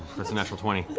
that's a natural twenty.